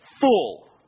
full